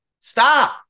Stop